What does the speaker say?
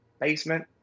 basement